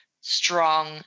strong